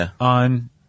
on